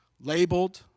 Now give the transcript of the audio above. labeled